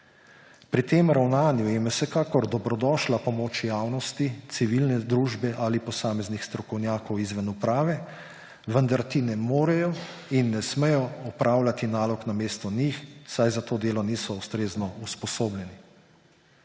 Pri tem ravnanju jim je vsekakor dobrodošla pomoč javnosti, civilne družbe ali posameznih strokovnjakov izven uprave, vendar ti ne morejo in ne smejo opravljati nalog namesto njih, saj za to delo niso ustrezno usposobljeni.«